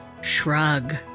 shrug